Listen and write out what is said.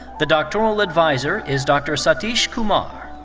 the doctoral adviser is dr. satish kumar.